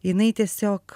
jinai tiesiog